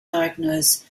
diagnose